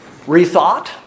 rethought